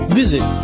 visit